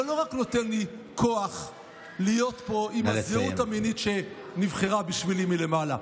זה לא רק נותן לי כוח להיות פה עם הזהות המינית שנבחרה בשבילי מלמעלה,